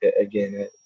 again